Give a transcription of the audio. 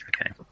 Okay